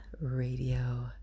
radio